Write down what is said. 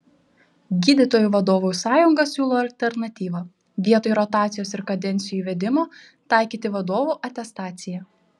gydytojų vadovų sąjunga siūlo alternatyvą vietoj rotacijos ir kadencijų įvedimo taikyti vadovų atestaciją